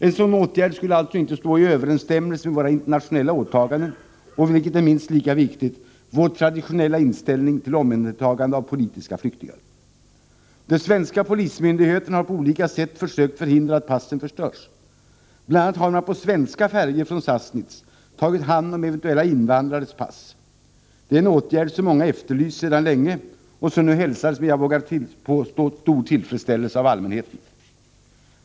En sådan åtgärd skulle alltså inte stå i överensstämmelse med våra internationella åtaganden och — vilket är minst lika viktigt — vår traditionella inställning till omhändertagande av politiska flyktingar. De svenska polismyndigheterna har på olika sätt försökt förhindra att passen förstörs. Bl. a. har man på svenska färjor från Sassnitz tagit hand om eventuella invandrares pass. Det är en åtgärd, som många efterlyst sedan länge och som nu hälsades med, jag vågar påstå, stor tillfredsställelse av allmänheten.